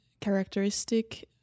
characteristic